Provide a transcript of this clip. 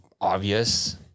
obvious